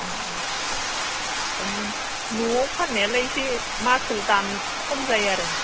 ओरैनो न'आव फाननायालाय एसे मासल दान खम जायो आरो